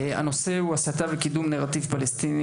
הנושא הוא הסתה וקידום נרטיב פלסטיני